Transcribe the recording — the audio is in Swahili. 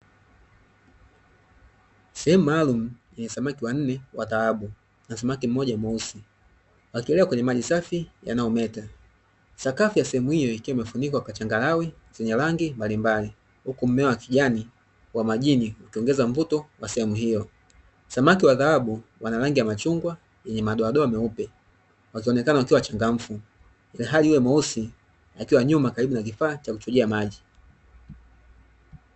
Sehemu maalumu yenye samaki wanne wa dhahabu na samaki mmoja mweusi wakieelea kwenye maji safi yanayo meta, sakafu ya sehemu hiyo ikiwa imefunikwa kwa changalawe zenye rangi mbalimbali huku mmea wa kijani wa majini ukiongeza mvuto wa sehemu hiyo, samaki wa dhahabu wana rangi ya machungwa na madoadoa meupe, wakionekana wakiwa wachangamfu, ili hali yule mweusi akiwa nyuma na kifaa cha kuchujia maji.